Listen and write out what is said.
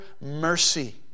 mercy